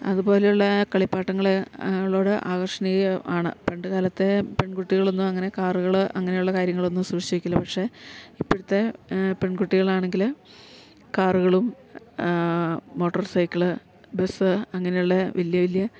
അതുപോലെ ഉള്ള കളിപ്പാട്ടങ്ങള് ളോട് ആകർഷണീയം ആണ് പണ്ട് കാലത്തെ പെൺകുട്ടികളൊന്നുമങ്ങനെ കാറുകൾ അങ്ങനെ ഉള്ള കാര്യങ്ങളൊന്നും സൂക്ഷിച്ച് വെക്കില്ല പക്ഷെ ഇപ്പഴത്തെ പെൺകുട്ടികളാണെങ്കില് കാറ്കളും മോട്ടോർ സൈക്കിൾ ബസ് അങ്ങനെയുള്ള വലിയ വലിയ